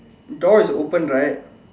door is open right